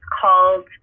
called